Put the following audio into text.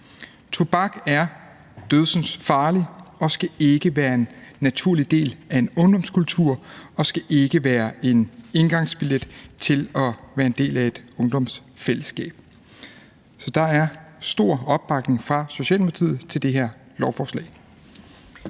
Tobak er dødsensfarligt, og det skal ikke være en naturlig del af en ungdomskultur, og det skal ikke være en indgangsbillet til at være en del af et ungdomsfællesskab. Så der er stor opbakning fra Socialdemokratiet til det her lovforslag.